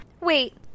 Wait